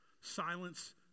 Silence